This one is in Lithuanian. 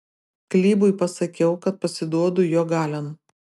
klybui pasakiau kad pasiduodu jo galion